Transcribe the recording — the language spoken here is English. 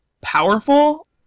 powerful